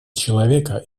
человека